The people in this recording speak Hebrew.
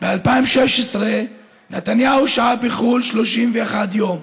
ב-2016 נתניהו שהה בחו"ל 31 יום.